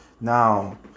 now